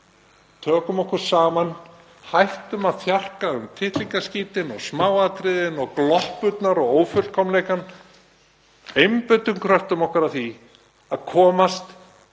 Tökum okkur saman, hættum að þjarka um tittlingaskítinn og smáatriðin og gloppurnar og ófullkomleikann. Einbeitum kröftum okkar að því að komast í